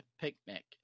picnic